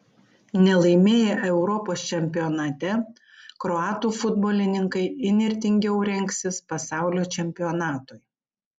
nelaimėję europos čempionate kroatų futbolininkai įnirtingiau rengsis pasaulio čempionatui